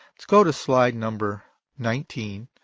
let's go to slide number nineteen.